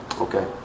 Okay